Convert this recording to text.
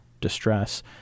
distress